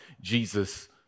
Jesus